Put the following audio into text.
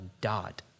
dot